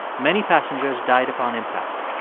many passengers died upon impact.